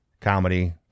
Comedy